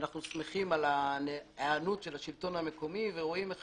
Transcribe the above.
אנחנו שמחים על ההיענות של השלטון המקומי ורואים איך